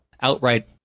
outright